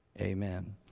amen